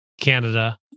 Canada